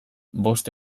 bost